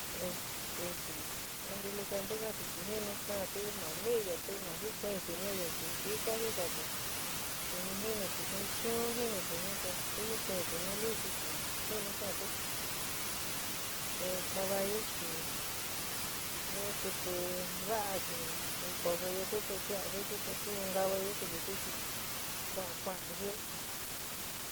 inteligente kaáti chi jinu xaánti ma níɨyoti ma jukuintɨ nuúyo chi jíka jíkati suni jinuti jin chuún jinuti jin te tu jukuintɨ nu lusu chi jinu xaánti te caballu chi nu kɨtɨ va'a chi jukoósoyóti te kin'ó jintɨ te tu junkavayó sikitɨ chi kuán kuánti jɨn'ó.